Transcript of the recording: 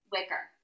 Wicker